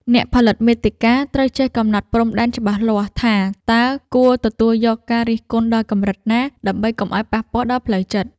អ្នកផលិតមាតិកាត្រូវចេះកំណត់ព្រំដែនច្បាស់លាស់ ថាតើគួរទទួលយកការរិះគន់ដល់កម្រិតណា ដើម្បីកុំឱ្យប៉ះពាល់ដល់ផ្លូវចិត្ត។